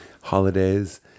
holidays